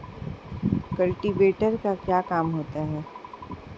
Cultivator का क्या काम होता है?